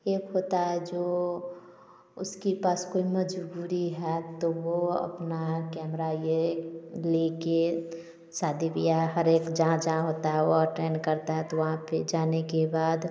एक होता है जो उसके पास कोई मजबूरी है तो वो अपना कैमरा ये लेके शादी ब्याह हर एक जहाँ जहाँ होता है वो अटेंड करता है तो वहाँ पर जाने के बाद